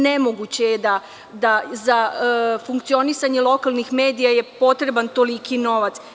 Nemoguće je da za funkcionisanje lokalnih medija je potreban toliki novac.